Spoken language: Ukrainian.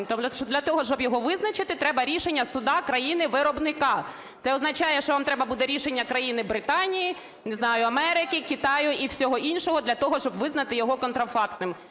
що для того, щоб його визначити, треба рішення суду країни-виробника. Це означає, що вам треба буде рішення країни Британії, не знаю, Америки, Китаю і всього іншого для того, щоб визнати його контрафактним.